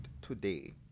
today